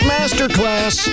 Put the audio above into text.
Masterclass